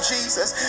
Jesus